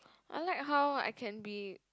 I like how I can be